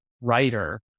writer